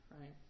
right